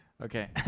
Okay